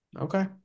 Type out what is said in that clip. okay